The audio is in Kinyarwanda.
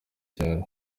cyaro